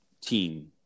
team